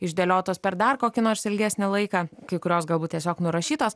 išdėliotos per dar kokį nors ilgesnį laiką kai kurios galbūt tiesiog nurašytos